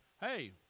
Hey